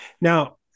Now